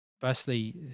firstly